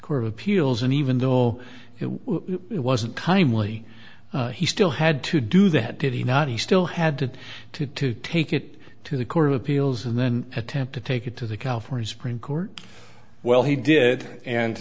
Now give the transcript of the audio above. court of appeals and even though it wasn't cunningly he still had to do that did he not he still had to to take it to the court of appeals and then attempt to take it to the california supreme court well he did and